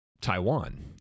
Taiwan